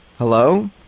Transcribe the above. Hello